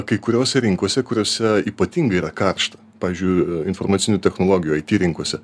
kai kuriose rinkose kuriose ypatingai yra karšta pavyzdžiui informacinių technologijų it rinkose